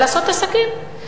לעשות עסקים,